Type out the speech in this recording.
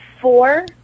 four